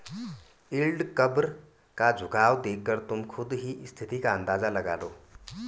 yield curve का झुकाव देखकर तुम खुद ही स्थिति का अंदाजा लगा लो